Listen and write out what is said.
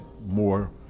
more